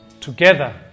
together